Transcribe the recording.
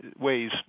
ways